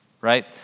right